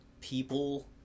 people